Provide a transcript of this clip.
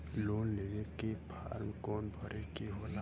Loan लेवे के form कौन भरे के होला?